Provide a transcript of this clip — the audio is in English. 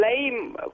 blame